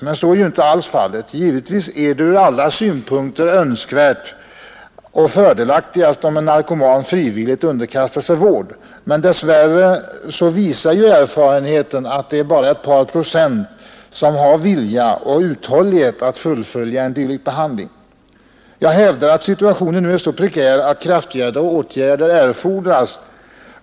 Men så är ju inte alls fallet. Givetvis är det ur alla synpunkter fördelaktigast om en narkoman frivilligt underkastar sig vård, men dessvärre visar erfarenheten att det bara är ett par procent som har vilja och uthållighet att fullfölja en dylik behandling. Jag hävdar att situationen nu är så prekär att kraftigare åtgärder erfordras.